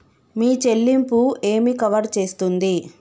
మీ చెల్లింపు ఏమి కవర్ చేస్తుంది?